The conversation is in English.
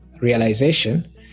realization